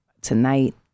tonight